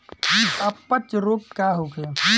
अपच रोग का होखे?